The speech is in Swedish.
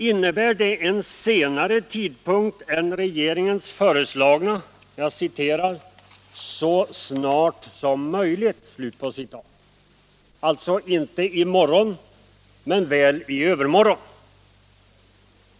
Innebär det en senare tidpunkt än regeringens föreslagna ”så snart som möjligt”, alltså inte i morgon men väl i övermorgon?